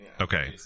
okay